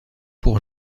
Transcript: pour